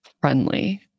friendly